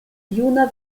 juna